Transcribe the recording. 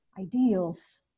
ideals